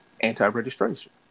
anti-registration